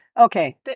Okay